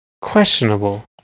questionable